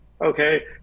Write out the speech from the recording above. okay